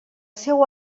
seu